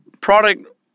product